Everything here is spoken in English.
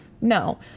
no